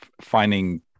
finding